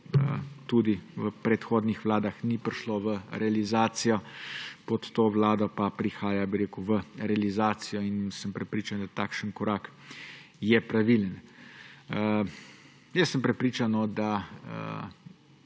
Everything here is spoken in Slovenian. tudi v predhodnih vladah ni prišli v realizacijo, pod to vlado pa prihaja, bi rekel, v realizacijo in sem prepričan, da takšen korak je pravilen. Jaz sem prepričan, da